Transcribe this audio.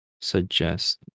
suggest